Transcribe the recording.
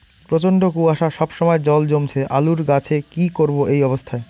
প্রচন্ড কুয়াশা সবসময় জল জমছে আলুর গাছে কি করব এই অবস্থায়?